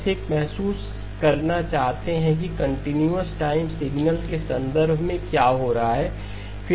बस एक महसूस करना चाहते हैं की कंटीन्यूअस टाइम सिग्नल के संदर्भ में क्या हो रहा है